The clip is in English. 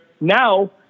now